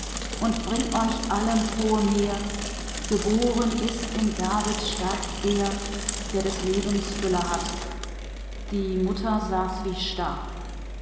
und bring euch allen frohe mär geboren ist in davids stadt er der des lebens fülle hat die mutter saß wie